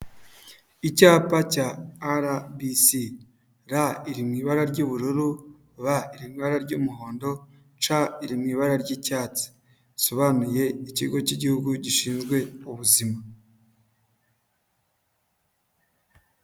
Icyapa cya rbc r iri mu ibara ry'ubururu b iri mu ibara ry'umuhondo c iri mu ibara ry'icyatsi, risobanuye ikigo cy'igihugu gishinzwe ubuzima.